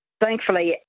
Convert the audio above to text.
Thankfully